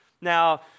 Now